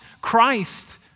Christ